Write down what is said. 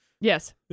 Yes